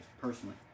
personally